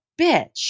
bitch